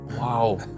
Wow